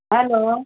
hello